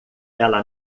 ela